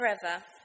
forever